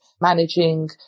managing